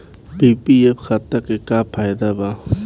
PPF खाता के का फायदा बा?